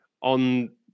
on